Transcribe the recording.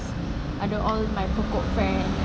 ada all my pokok fair